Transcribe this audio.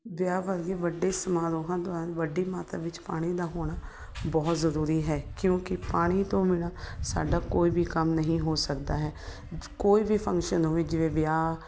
ਵਿਆਹ ਵਰਗੇ ਵੱਡੇ ਸਮਾਰੋਹਾਂ ਦੌਰਾਨ ਵੱਡੀ ਮਾਤਰਾ ਵਿੱਚ ਪਾਣੀ ਦਾ ਹੋਣਾ ਬਹੁਤ ਜ਼ਰੂਰੀ ਹੈ ਕਿਉਂਕਿ ਪਾਣੀ ਤੋਂ ਬਿਨਾਂ ਸਾਡਾ ਕੋਈ ਵੀ ਕੰਮ ਨਹੀਂ ਹੋ ਸਕਦਾ ਹੈ ਕੋਈ ਵੀ ਫੰਕਸ਼ਨ ਹੋਵੇ ਜਿਵੇਂ ਵਿਆਹ